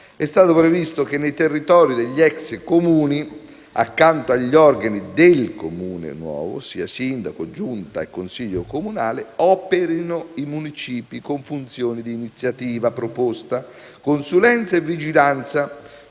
è stato previsto che nei territori degli *ex* Comuni, accanto agli organi del Comune nuovo, ossia sindaco, Giunta e Consiglio comunale, operino i municipi con funzioni di iniziativa, proposta, consulenza e vigilanza